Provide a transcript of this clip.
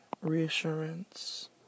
reassurance